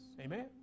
Amen